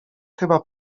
chyba